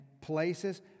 places